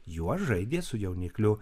juo žaidė su jaunikliu